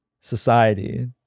society